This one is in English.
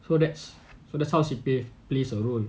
so that's that's how she play her role